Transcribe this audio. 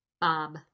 Bob